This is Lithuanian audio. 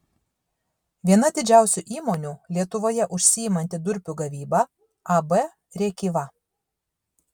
viena didžiausių įmonių lietuvoje užsiimanti durpių gavyba ab rėkyva